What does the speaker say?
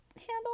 handle